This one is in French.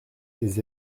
des